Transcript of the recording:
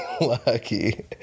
lucky